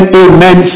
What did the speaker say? amen